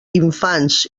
infants